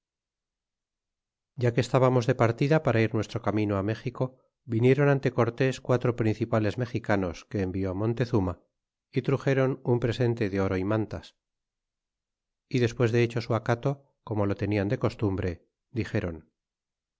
ya que estábamos de partida para ir nuestro camino á méxico viniéron ante cortes quatro principales mexicanos que envió montezuma y truxéron un presente de oro y mantas y despues de hecho su acato como lo tenian de costumbre dixeron